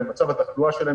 מצב התחלואה שלהם,